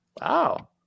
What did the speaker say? wow